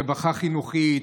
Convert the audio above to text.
רווחה חינוכית,